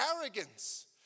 arrogance